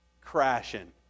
crashing